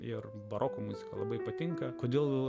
ir baroko muzika labai patinka kodėl